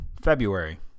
february